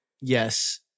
Yes